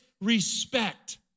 respect